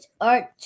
art